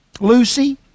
Lucy